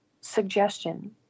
suggestion